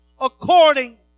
according